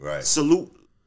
Salute